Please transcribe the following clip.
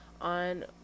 on